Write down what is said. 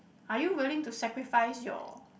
are you willing to sacrifice your